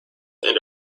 and